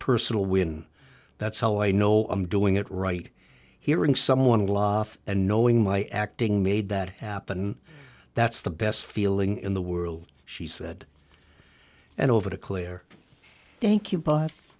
personal when that's how i know i'm doing it right here and someone lie and knowing my acting made that happen that's the best feeling in the world she said and over to clare thank you